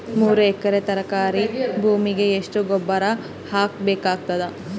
ಮೂರು ಎಕರಿ ತರಕಾರಿ ಭೂಮಿಗ ಎಷ್ಟ ಗೊಬ್ಬರ ಹಾಕ್ ಬೇಕಾಗತದ?